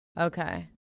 Okay